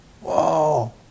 Whoa